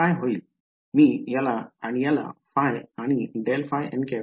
मी याला आणि याला ϕ आणि ∇ϕ